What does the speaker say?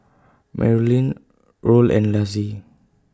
Marolyn Roll and Laci